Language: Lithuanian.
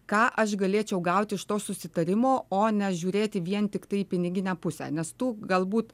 ką aš galėčiau gauti iš to susitarimo o ne žiūrėti vien tiktai į piniginę pusę nes tų galbūt